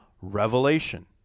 revelation